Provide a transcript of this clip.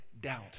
doubt